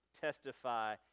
testify